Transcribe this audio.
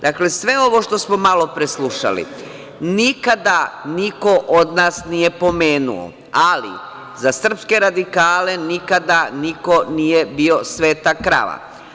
Dakle, sve ovo što smo malopre slušali nikada niko od nas nije pomenuo, ali za srpske radikale nikada niko nije bio sveta krava.